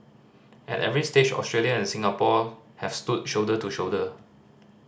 at every stage Australia and Singapore have stood shoulder to shoulder